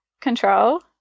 Control